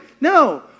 No